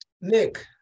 Nick